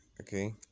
okay